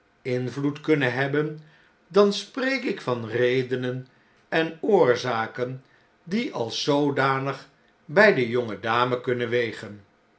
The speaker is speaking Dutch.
invloed kunnen hebben dan spreek ik van redenen en oorzaken die als zoodanig by de jonge dame kunnen wegen